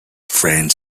franz